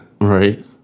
right